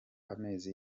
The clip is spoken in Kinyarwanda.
amezi